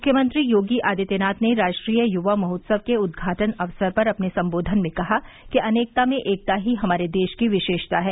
मुख्यमंत्री योगी आदित्यनाथ ने राष्ट्रीय युवा महोत्सव के उद्घाटन अवसर पर अपने संबोधन में कहा कि अनेकता में एकता ही हमारे देश की विशेषता है